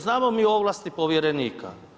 Znamo mi ovlasti povjerenika.